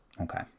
Okay